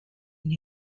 and